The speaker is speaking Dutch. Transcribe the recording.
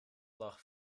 lag